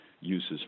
uses